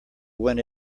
when